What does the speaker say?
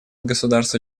государства